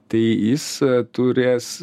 tai jis turės